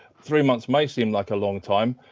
three months may seem like a long time,